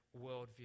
worldview